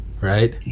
right